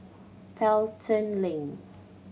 Pelton Link